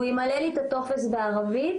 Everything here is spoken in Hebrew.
והוא ימלא לי את הטופס בערבית,